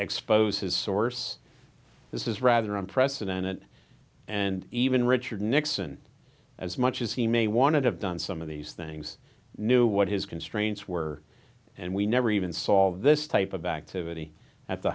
expose his source this is rather unprecedented and even richard nixon as much as he may want to have done some of these things knew what his constraints were and we never even saw this type of activity at the